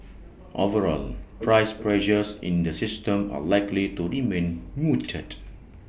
overall price pressures in the system are likely to remain muted